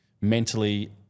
mentally